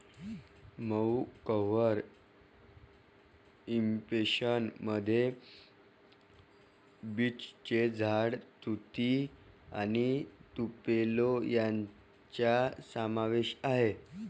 मऊ cover impression मध्ये बीचचे झाड, तुती आणि तुपेलो यांचा समावेश आहे